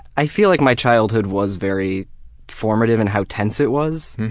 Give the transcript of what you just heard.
i feel like my childhood was very formative in how tense it was,